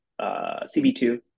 CB2